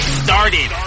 started